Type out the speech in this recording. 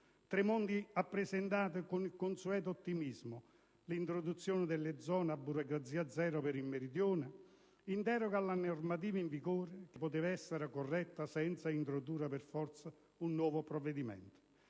Tremonti ha presentato con il consueto ottimismo l'introduzione delle zone a burocrazia zero per il Meridione, in deroga alla normativa in vigore che poteva essere corretta senza introdurre per forza un nuovo provvedimento.